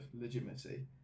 legitimacy